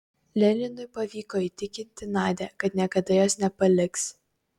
leninui pavyko įtikinti nadią kad niekada jos nepaliks